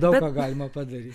daug ką galima padaryt